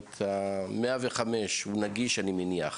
אני מניח ש-105 נגיש,